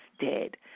dead